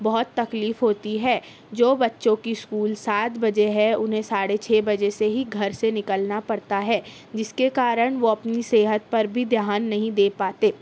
بہت تکلیف ہوتی ہے جو بچوں کی اسکول سات بجے ہے انہیں ساڑھے چھ بجے سے ہی گھر سے نکلنا پڑتا ہے جس کے کارن وہ اپنی صحت پر بھی دھیان نہیں دے پاتے